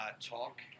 talk